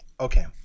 Okay